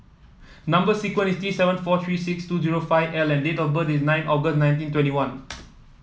number sequence is T seven four three six two zero five L and date of birth is nine August nineteen twenty one